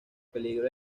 peligro